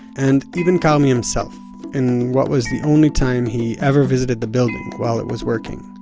and even karmi himself in what was the only time he ever visited the building while it was working.